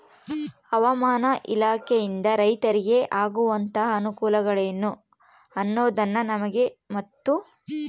ಹವಾಮಾನ ಇಲಾಖೆಯಿಂದ ರೈತರಿಗೆ ಆಗುವಂತಹ ಅನುಕೂಲಗಳೇನು ಅನ್ನೋದನ್ನ ನಮಗೆ ಮತ್ತು?